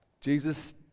Jesus